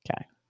Okay